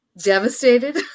devastated